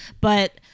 But-